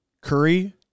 Curry